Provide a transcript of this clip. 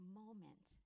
moment